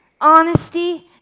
honesty